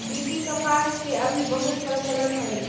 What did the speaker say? BT कपास के अभी बहुत प्रचलन हई